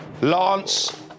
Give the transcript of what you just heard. lance